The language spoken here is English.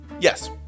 Yes